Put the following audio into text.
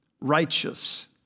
Righteous